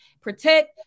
protect